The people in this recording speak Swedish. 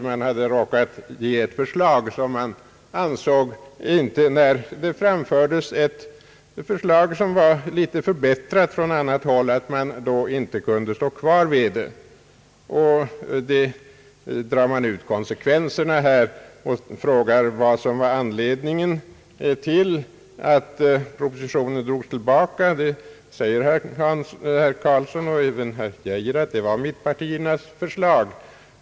Regeringen hade råkat lägga fram ett förslag som man inte ansåg sig kunna stå fast vid när det från annat håll framfördes ett förslag som var litet förbättrat. Låt oss dra ut konsekvenserna och fråga vad som var anledningen till att propositionen togs tillbaka. Herr Karlsson och även herr Geijer säger, att anledningen var mittenpartiernas förslag.